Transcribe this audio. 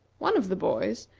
one of the boys,